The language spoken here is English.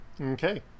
Okay